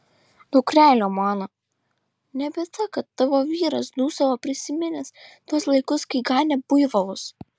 dukrele mano ne bėda kad tavo vyras dūsavo prisiminęs tuos laikus kai ganė buivolus